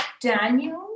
Daniel